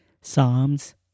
Psalms